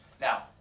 Now